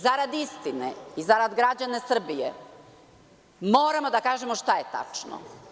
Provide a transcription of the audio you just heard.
Zarad istine i zarad građana Srbije moramo da kažemo šta je tačno.